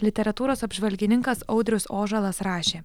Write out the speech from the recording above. literatūros apžvalgininkas audrius ožalas rašė